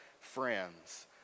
friends